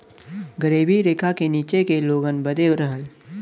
गरीबी रेखा के नीचे के लोगन बदे रहल